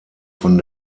von